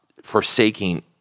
forsaking